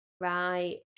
right